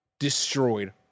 destroyed